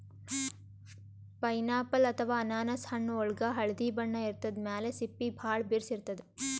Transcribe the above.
pineapple ಅಥವಾ ಅನಾನಸ್ ಹಣ್ಣ್ ಒಳ್ಗ್ ಹಳ್ದಿ ಬಣ್ಣ ಇರ್ತದ್ ಮ್ಯಾಲ್ ಸಿಪ್ಪಿ ಭಾಳ್ ಬಿರ್ಸ್ ಇರ್ತದ್